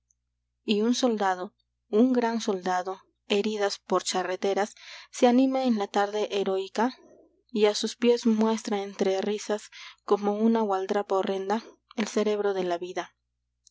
i y un soldado un gran soldado hmdas por charreteras se anima en la tarte heroica i y a sus pies muestra entre risas como una gualdrapa horrenda el cerebro de la vida